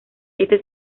esto